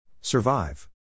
Survive